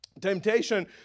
Temptation